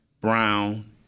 Brown